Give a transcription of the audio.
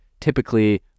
typically